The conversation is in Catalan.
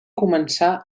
començar